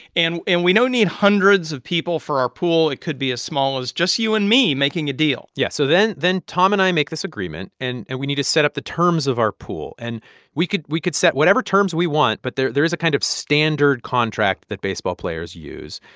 and and we don't need hundreds of people for our pool. it could be as small as just you and me making a deal yeah. so then then tom and i make this agreement, and and we need to set up the terms of our pool. and we could we could set whatever terms we want, but there there is a kind of standard contract that baseball players use.